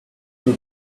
will